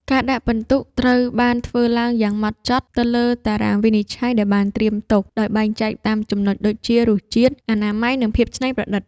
ការដាក់ពិន្ទុត្រូវបានធ្វើឡើងយ៉ាងហ្មត់ចត់ទៅលើតារាងវិនិច្ឆ័យដែលបានត្រៀមទុក ដោយបែងចែកតាមចំណុចដូចជា រសជាតិ អនាម័យ និងភាពច្នៃប្រឌិត។